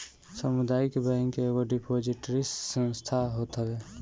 सामुदायिक बैंक एगो डिपोजिटरी संस्था होत हवे